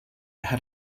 had